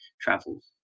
travels